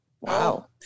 Wow